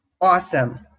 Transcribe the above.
awesome